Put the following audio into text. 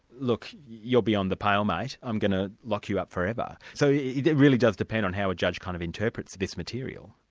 look, you're beyond the pale, mate i'm going to lock you up forever. so it really does depend on how a judge kind of interprets this material.